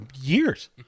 years